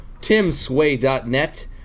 TimSway.net